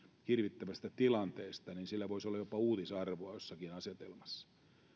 hirvittävästä tilanteesta että sillä voisi olla jopa uutisarvoa jossakin asetelmassa